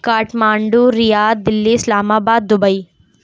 کاٹھ Mandu Riyadh Delhi Islamabad Dubai